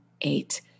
eight